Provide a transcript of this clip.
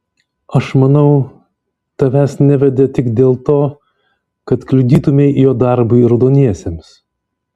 aš manau tavęs nevedė tik dėl to kad kliudytumei jo darbui raudoniesiems